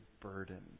burdened